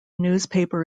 newspaper